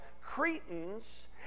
Cretans